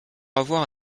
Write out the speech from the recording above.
avoir